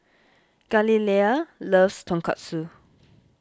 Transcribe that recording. Galilea loves Tonkatsu